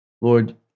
Lord